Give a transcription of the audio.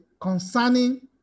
concerning